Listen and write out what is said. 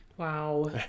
wow